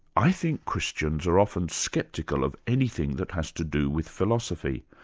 i think christians are often sceptical of anything that has to do with philosophy.